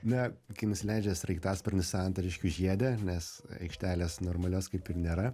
na kai nusileidžia sraigtasparnis santariškių žiede nes aikštelės normalios kaip ir nėra